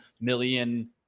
million